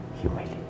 humility